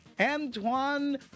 Antoine